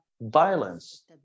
violence